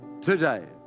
Today